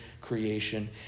creation